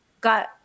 got